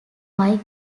mike